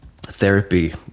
therapy